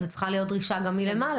זו צריכה להיות דרישה גם מלמעלה.